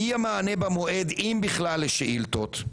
אי המענה במועד אם בכלל לשאילתות,